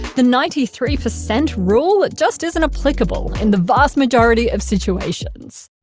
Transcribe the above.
the ninety three percent rule just isn't applicable in the vast majority of situations.